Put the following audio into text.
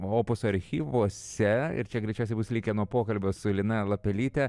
opuso archyvuose ir čia greičiausiai bus likę nuo pokalbio su lina lapelyte